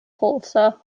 tulsa